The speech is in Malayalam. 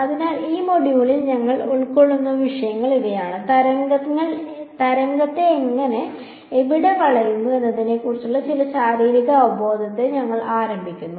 അതിനാൽ ഈ മൊഡ്യൂളിൽ ഞങ്ങൾ ഉൾക്കൊള്ളുന്ന വിഷയങ്ങൾ ഇവയാണ് തരംഗത്തെ എങ്ങനെ എവിടെ വളയുന്നു എന്നതിനെക്കുറിച്ചുള്ള ചില ശാരീരിക അവബോധത്തോടെ ഞങ്ങൾ ആരംഭിക്കും